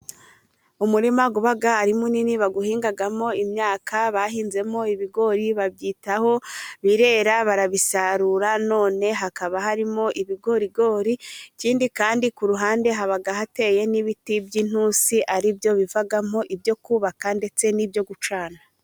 Umurima uba ari munini bawuhingamo imyaka, bahinzemo ibigori babyitaho birera barabisarura, none hakaba harimo ibigorigori, ikindi kandi ku ruhande haba hateye n'ibiti by'intusi, ari byo bivamo ibyo kubaka ndetse n'ibyo gucana.